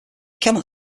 cannot